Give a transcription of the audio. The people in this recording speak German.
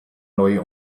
neue